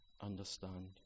understand